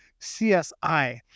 CSI